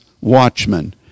watchmen